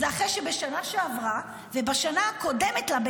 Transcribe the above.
זה אחרי שבשנה שעברה ובשנה הקודמת לה,